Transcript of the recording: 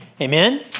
Amen